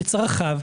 לצרכיו,